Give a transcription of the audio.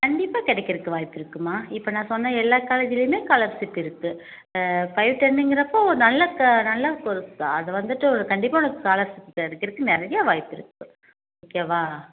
கண்டிப்பாக கிடைக்கறக்கு வாய்ப்பு இருக்குமா இப்போ நான் சொன்ன எல்லா காலேஜ்லேயுமே ஸ்காலர்ஷிப் இருக்குது பைஃவ் டென்ங்கிறப்போது நல்ல நல்ல ஒரு அது வந்துட்டு கண்டிப்பாக உனக்கு ஸ்காலர்ஷிப் கிடைக்கறக்கு நிறைய வாய்ப்பு இருக்குது ஓகேவா